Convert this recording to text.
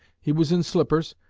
he was in slippers,